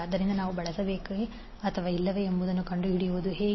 ಆದ್ದರಿಂದ ನಾವು ಬಳಸಬೇಕೇ ಅಥವಾ ಇಲ್ಲವೇ ಎಂಬುದನ್ನು ಕಂಡುಹಿಡಿಯುವುದು ಹೇಗೆ